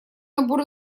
набор